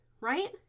right